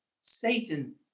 Satan